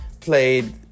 played